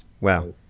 Wow